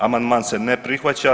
Amandman se ne prihvaća.